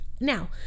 Now